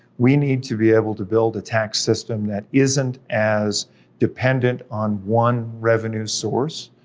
we need to be able to build a tax system that isn't as dependent on one revenue source,